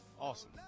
awesome